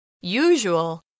Usual